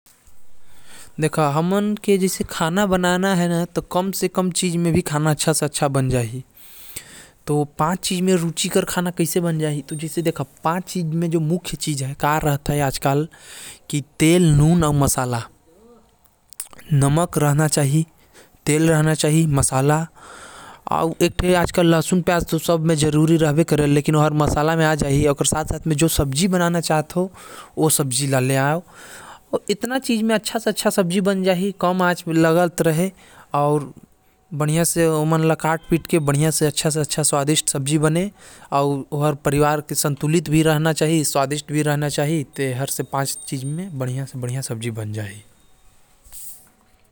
अगर सिर्फ पांच चीज के इस्तेमाल करके खाना बनाये के हवे तो तेल, नून, मसाला, सब्जी अउ पानी के इस्तेमाल कर के बढ़िया खाना बन सकत हवे।